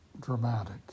dramatic